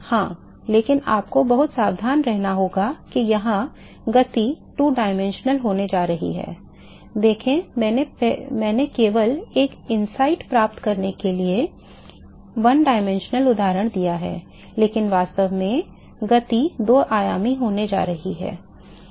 हाँ लेकिन आपको बहुत सावधान रहना होगा कि यहाँ गति 2 आयामी होने जा रही है देखें मैंने केवल एक अंतर्दृष्टि प्राप्त करने के लिए एक आयामी उदाहरण दिया है लेकिन वास्तव में गति 2 आयामी होने जा रही है